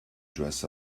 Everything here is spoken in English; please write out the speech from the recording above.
dress